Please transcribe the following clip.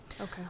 Okay